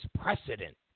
precedent